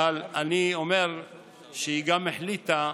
אבל אני אומר שהיא גם החליטה,